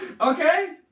Okay